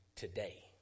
today